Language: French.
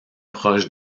proche